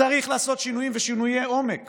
צריך לעשות שינויים ושינויי עומק